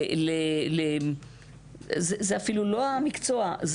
זה אפילו לא המקצוע,